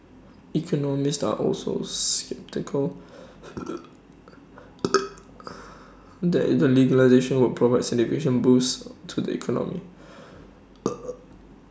economists are also sceptical that the legislation would provide significant boost to the economy